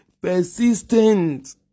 persistent